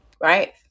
right